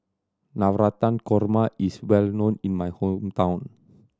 Navratan Korma is well known in my hometown